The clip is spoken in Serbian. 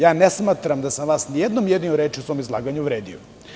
Ja ne smatram da sam vas nijednom jedinom rečju u svom izlaganju uvredio.